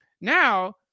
now